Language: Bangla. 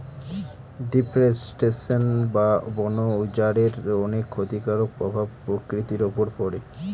ডিফরেস্টেশন বা বন উজাড়ের অনেক ক্ষতিকারক প্রভাব প্রকৃতির উপর পড়ে